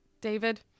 David